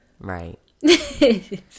right